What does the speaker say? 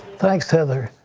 thanks, heather.